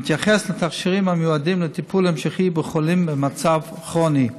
ומתייחס לתכשירים המיועדים לטיפול המשכי בחולים במצב כרוני.